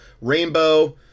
rainbow